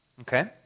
Okay